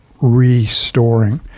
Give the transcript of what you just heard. restoring